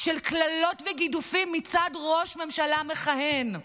של קללות וגידופים מצד ראש ממשלה מכהן.